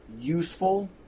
useful